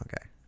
Okay